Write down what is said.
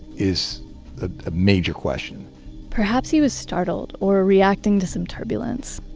is that a major question perhaps he was startled, or reacting to some turbulence.